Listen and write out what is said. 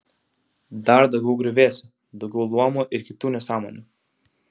dar daugiau griuvėsių daugiau luomų ir kitų nesąmonių